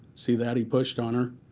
see that? he pushed on her.